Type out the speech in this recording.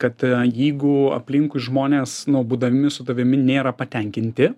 kad jeigu aplinkui žmonės nu būdami su tavimi nėra patenkinti